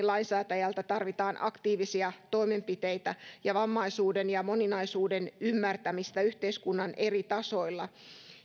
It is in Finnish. lainsäätäjältä tarvitaan aktiivisia toimenpiteitä ja vammaisuuden ja moninaisuuden ymmärtämistä yhteiskunnan eri tasoilla